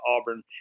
Auburn